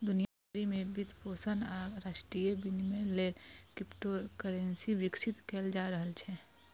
दुनिया भरि मे वित्तपोषण आ अंतरराष्ट्रीय विनिमय लेल क्रिप्टोकरेंसी विकसित कैल जा रहल छै